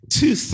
two